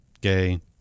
gay